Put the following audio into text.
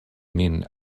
min